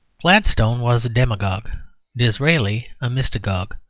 gladstone was a demagogue disraeli a mystagogue.